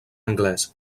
anglès